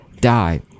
die